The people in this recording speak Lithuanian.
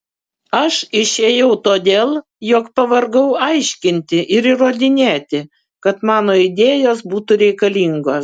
aš išėjau todėl jog pavargau aiškinti ir įrodinėti kad mano idėjos būtų reikalingos